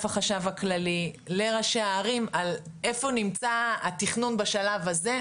החשב הכללי לראשי הערים על איפה נמצא התכנון בשלב הזה,